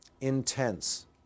intense